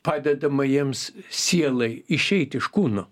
padedama jiems sielai išeit iš kūno